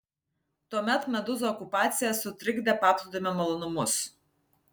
tuomet medūzų okupacija sutrikdė paplūdimio malonumus